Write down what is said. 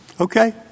Okay